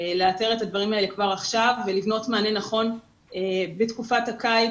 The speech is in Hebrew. לאתר את הדברים האלה כבר עכשיו ולבנות מענה נכון בתקופת הקיץ